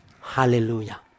Hallelujah